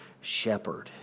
shepherd